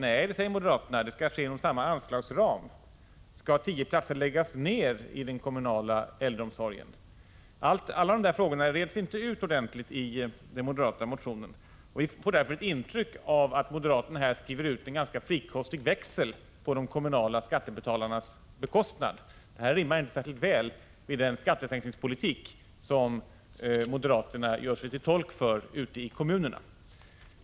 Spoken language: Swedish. Nej, säger moderaterna, anslagsramen skall vara densamma. Skall tio platser läggas ned i den kommunala äldreomsorgen? Alla dessa frågor reds inte ut ordentligt i den moderata motionen. Vi får därför ett intryck av att moderaterna här skriver ut en ganska frikostig växel på de kommunala skattebetalarnas bekostnad. Detta rimmar inte särskilt väl med den skattesänkningspolitik som moderaterna gör sig till tolk för ute i kommunerna.